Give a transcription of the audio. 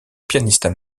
pianistes